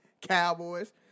Cowboys